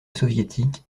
soviétique